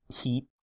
heat